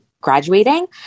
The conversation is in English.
graduating